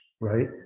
right